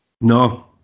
No